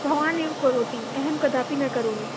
भवानेव करोति अहें कदापि न करोमि